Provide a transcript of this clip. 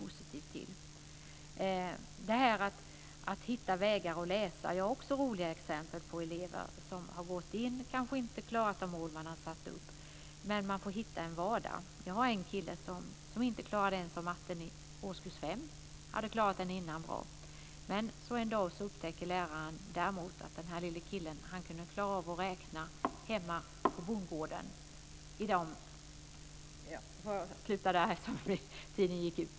När det handlar om olika vägar att läsa så har jag också roliga exempel på elever som kanske inte har klarat uppsatta mål, men man får hitta en vardag. Jag har ett exempel på en kille som inte ens klarade av matten i årskurs 5, trots att han tidigare hade klarat den bra. Men så en dag upptäcker läraren att den här lille killen kunde klara av att räkna hemma på bondgården. Jag måste sluta där, eftersom min talartid är slut.